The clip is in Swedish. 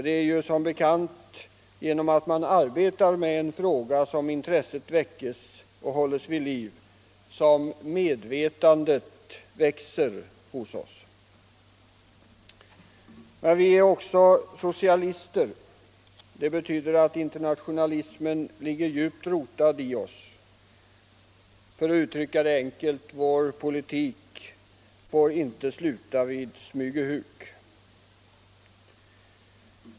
Det är som bekant genom att man arbetar med en fråga som intresset väckes och hålles vid liv, som medvetandet växer. Men vi är också socialister. Det betyder att internationalismen ligger djupt rotad i oss. För att uttrycka det enkelt: Vår politik får inte sluta vid Smygehuk.